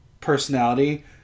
personality